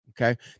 Okay